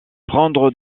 prendre